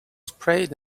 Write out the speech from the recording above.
sprayed